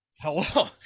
Hello